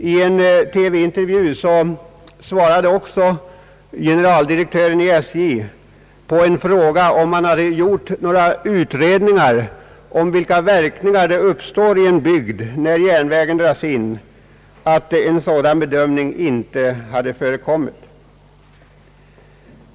I en TV-intervju svarade generaldirektören i SJ på en fråga, om han hade gjort några utredningar beträffande vilka verkningar som uppstår i en bygd när järnvägen dras in, att en sådan bedömning inte hade förekommit.